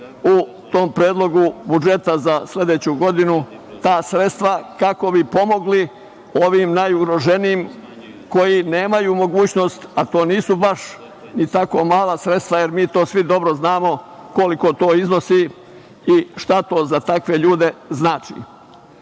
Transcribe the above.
u tom predlogu budžeta sa sledeću godinu ta sredstva, kako bi pomogli ovim najugroženijim koji nemaju mogućnost, a to nisu baš ni tako mala sredstva, jer mi svi dobro znamo koliko to iznosi i šta to za takve ljude znači. Hvala